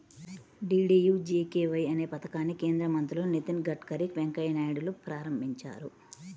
DDUGKY అనే పథకాన్ని కేంద్ర మంత్రులు నితిన్ గడ్కరీ, వెంకయ్య నాయుడులు ప్రారంభించారు